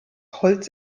holz